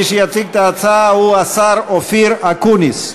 יציג את ההצעה השר אופיר אקוניס.